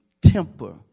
temper